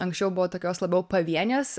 anksčiau buvo tokios labiau pavienės